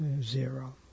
zero